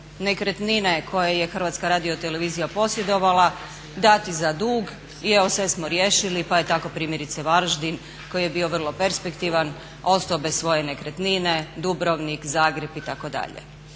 nekretnine koje je Hrvatska radiotelevizija posjedovala dati za dug i evo sve smo riješili. Pa je tako primjerice Varaždin koji je bio vrlo perspektivan ostao bez svoje nekretnine, Dubrovnik, Zagreb itd.. Kakve